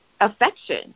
affection